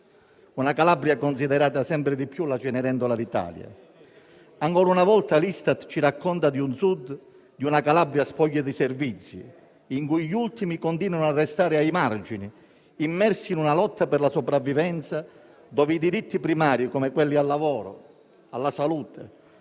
la Calabria, che è sempre più considerata la Cenerentola d'Italia. Ancora una volta, l'Istat ci racconta di un Sud e di una Calabria spogli di servizi in cui gli ultimi continuano a restare ai margini, immersi in una lotta per la sopravvivenza, dove i diritti primari, come quelli al lavoro, alla salute